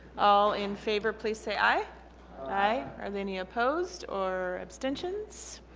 all in favor please say aye aye are they nia posed or abstentions?